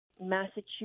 Massachusetts